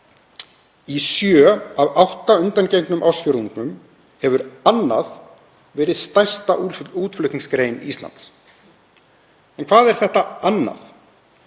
Í sjö af átta undangengnum ársfjórðungum hefur annað verið stærsta útflutningsgrein Íslands. En hvað er þetta annað?